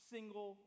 Single